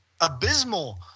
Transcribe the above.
abysmal